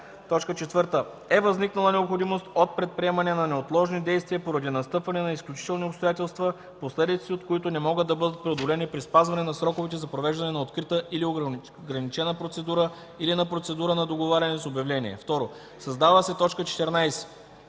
„4. е възникнала необходимост от предприемане на неотложни действия поради настъпване на изключителни обстоятелства, последиците от които не могат да бъдат преодолени при спазване на сроковете за провеждане на открита или ограничена процедура или на процедура на договаряне с обявление;”. 2. Създава се т. 14: